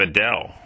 Adele